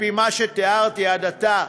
על-פי מה שתיארתי עד עתה,